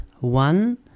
One